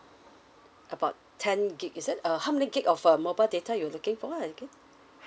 about ten gig is it uh how many gig of uh mobile data you looking for again